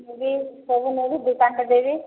ନେବି ସବୁ ନେବି ଦୁକାନ୍ଟେ ଦେବି